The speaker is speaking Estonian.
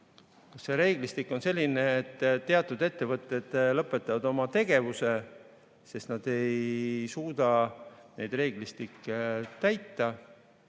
see reeglistik on selline, et teatud ettevõtted lõpetavad oma tegevuse, sest nad ei suuda neid reegleid täita,